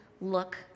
look